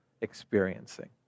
experiencing